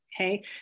Okay